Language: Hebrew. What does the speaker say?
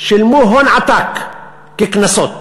שילמו הון עתק כקנסות.